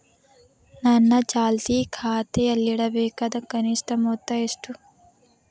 ನನ್ನ ಚಾಲ್ತಿ ಖಾತೆಯಲ್ಲಿಡಬೇಕಾದ ಕನಿಷ್ಟ ಮೊತ್ತ ಎಷ್ಟು?